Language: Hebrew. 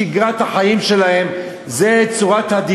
אני חושב שצריכים להשאיר גם "עוסק",